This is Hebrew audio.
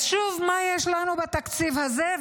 אז שוב מה יש לנו בתקציב הזה,